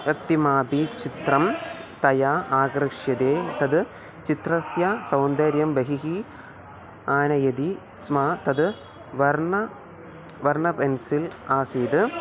प्रतिमापि चित्रं तया आकर्ष्यते तत् चित्रस्य सौन्दर्यं बहिः आनयति स्म तत् वर्णः वर्न पेन्सिल् आसीत्